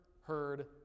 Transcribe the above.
heard